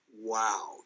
wow